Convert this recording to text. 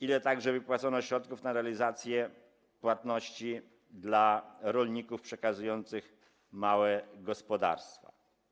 Ile wypłacono środków na realizację płatności dla rolników przekazujących małe gospodarstwa?